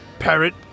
parrot